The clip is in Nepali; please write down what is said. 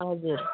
हजुर